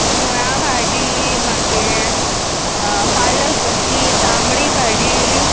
मुळा भाजी मागीर पालक भाजी तांबडी भाजी